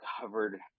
covered